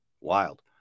Wild